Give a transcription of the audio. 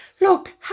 Look